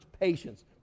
patience